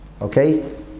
okay